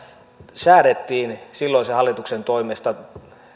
säädettiin silloisen hallituksen toimesta laki